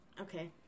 okay